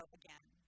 again